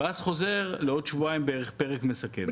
ואז חוזר לעוד שבועיים בערך לפרק מסכם.